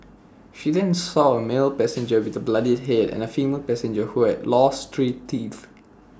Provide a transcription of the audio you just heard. she then saw A male passenger with A bloodied Head and A female passenger who have lost three teeth